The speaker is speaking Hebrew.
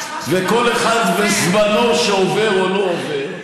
וכל אחד וזמנו שעובר או לא עובר.